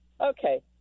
Okay